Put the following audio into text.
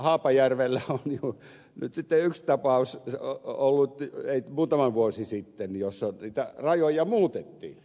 haapajärvellä on nyt sitten yksi tapaus ollut muutama vuosi sitten jossa niitä rajoja muutettiin